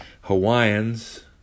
Hawaiians